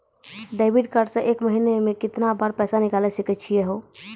Debit card से एक महीना मा केतना बार पैसा निकल सकै छि हो?